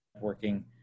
working